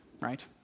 right